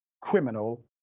criminal